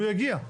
הוא יגיע.